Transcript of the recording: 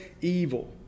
evil